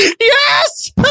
Yes